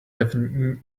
have